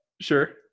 sure